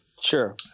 Sure